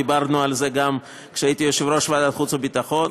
דיברנו על זה גם כשהייתי יושב-ראש ועדת החוץ והביטחון.